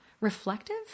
reflective